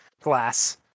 glass